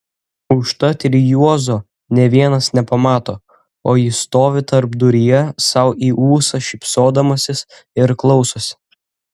užtat ir juozo nė vienas nepamato o jis stovi tarpduryje sau į ūsą šypsodamasis ir klausosi